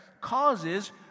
causes